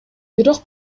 бирок